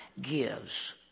gives